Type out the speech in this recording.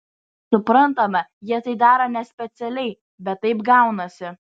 suprantama jie tai daro nespecialiai bet taip gaunasi